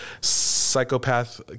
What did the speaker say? psychopath